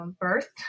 birth